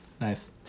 Nice